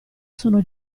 sono